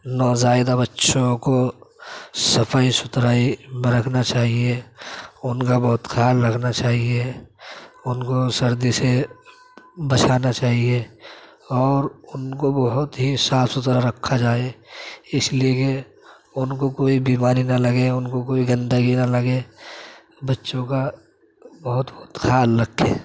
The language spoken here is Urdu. نوزائیدہ بچوں کو صفائی ستھرائی میں رکھنا چاہیے ان کا بہت خیال رکھنا چاہیے ان کو سردی سے بچانا چاہیے اور ان کو بہت ہی صاف ستھرا رکھا جائے اسلئے کی ان کو کوئی بیماری نہ لگے ان کو کوئی گندگی نہ لگے بچوں کا بہت خیال رکھیں